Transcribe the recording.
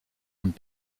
und